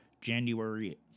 January